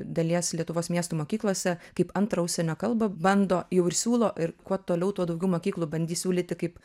dalies lietuvos miestų mokyklose kaip antrą užsienio kalbą bando jau ir siūlo ir kuo toliau tuo daugiau mokyklų bandys siūlyti kaip